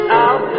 out